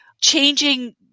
changing